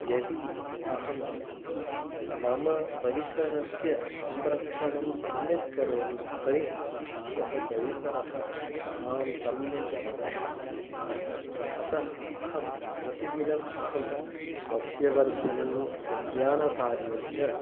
यदि अहं मम परिसरस्य संरक्षणं सम्यक् करोमि तर्हि सः परिसरः मां सम्यक् रक्षत्यपि अतः अहं प्रतिदिनम् अहं सस्यवर्धनम् उद्यानकार्यं च